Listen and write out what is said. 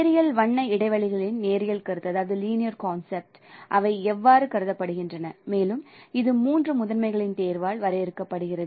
நேரியல் வண்ண இடைவெளிகளின் நேரியல் கருத்து அவை எவ்வாறு கருதப்படுகின்றன மேலும் இது மூன்று முதன்மைகளின் தேர்வால் வரையறுக்கப்படுகிறது